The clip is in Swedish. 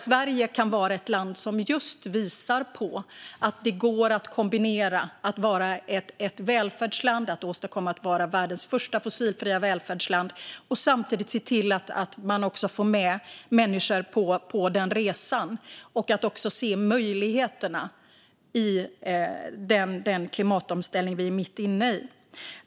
Sverige kan visa att det går att kombinera att vara ett välfärdsland och bli världens första fossilfria välfärdsland med att samtidigt se till att få med människor på den resan och också se möjligheterna i den klimatomställning vi är mitt inne i.